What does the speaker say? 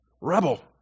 rebel